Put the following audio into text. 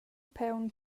paun